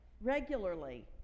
regularly